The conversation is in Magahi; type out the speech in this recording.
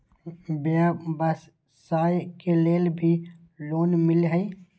व्यवसाय के लेल भी लोन मिलहई?